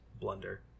blunder